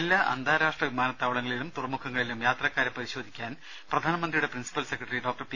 എല്ലാ അന്താരാഷ്ട്ര വിമാനത്താവളങ്ങളിലും തുറമുഖങ്ങളിലും യാത്രക്കാരെ പരിശോധിക്കാൻ പ്രധാനമന്ത്രിയുടെ പ്രിൻസിപ്പൽ സെക്രട്ടറി ഡോക്ടർ പി